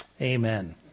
Amen